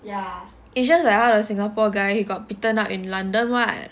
it's just like singapore guy he got beaten up in london [what]